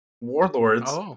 Warlords